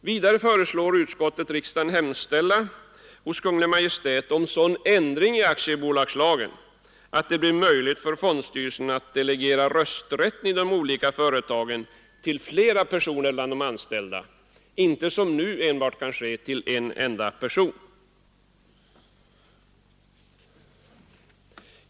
Vidare föreslår utskottet att riksdagen skall hemställa hos Kungl. Maj:t om sådan ändring i aktiebolagslagen att det blir möjlighet för fondstyrelsen att delegera rösträtten i de olika företagen till flera personer bland de anställda, inte som nu enbart till en enda person.